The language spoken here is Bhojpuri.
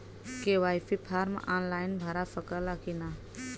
के.वाइ.सी फार्म आन लाइन भरा सकला की ना?